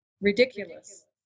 Ridiculous